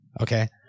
Okay